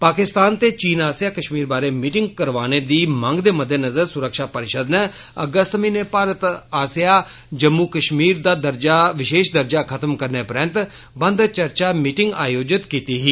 पाकिस्तान ते चीन आस्सेया कश्मीर बारै मिटिंग करवाने दी मंग दे मदेनज़र सुरक्षा परिशद नै अगस्त महीने इच भारत आस्सेया जम्मू कश्मीर दा विषेश दर्जा खत्म करने बारै चर्चा तांई बंद चर्चा मिटिंग आयोजित कीती ही